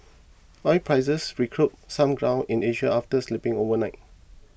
oil prices recouped some ground in Asia after slipping overnight